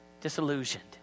disillusioned